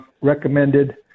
recommended